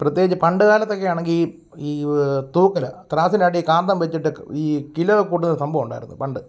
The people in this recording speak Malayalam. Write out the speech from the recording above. പ്രത്യേകിച്ച് പണ്ട് കാലത്തെക്കെയാണെങ്കിൽ ഈ ഈ തൂക്കില് ത്രാസിന്റ അടിയിൽ കാന്തം വെച്ചിട്ട് ഈ കിലോ കൂട്ടുന്ന സംഭവം ഉണ്ടായിരുന്നു പണ്ട്